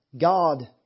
God